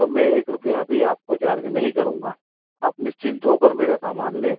तो मैं एक रुपया भी आपको चार्ज नहीं करूंगा आप निश्चिंत हो कर मेरा सामान लें